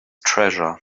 treasure